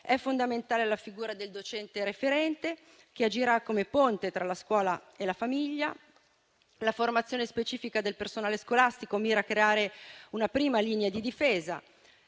È fondamentale la figura del docente referente, che agirà come ponte tra la scuola e la famiglia. La formazione specifica del personale scolastico mira a creare una prima linea di difesa.